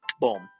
boom